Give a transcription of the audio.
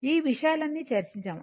ఈ విషయాలనీ చర్చించాము